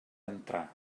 entrà